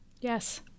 yes